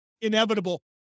inevitable